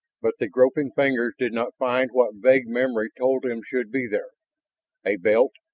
but the groping fingers did not find what vague memory told him should be there a belt,